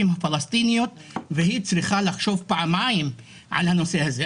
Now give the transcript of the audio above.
הפלסטיניות והיא צריכה לחשוב פעמיים על הנושא הזה.